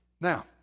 Now